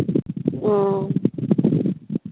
ᱚ